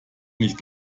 nicht